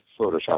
Photoshop